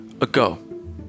ago